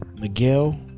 miguel